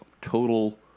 total